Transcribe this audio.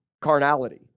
carnality